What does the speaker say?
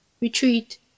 retreat